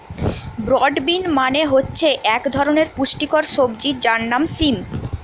broad bean মানে হচ্ছে এক ধরনের পুষ্টিকর সবজি যার নাম সিম